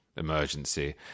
Emergency